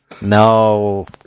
No